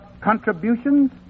contributions